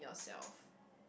yourself